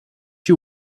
you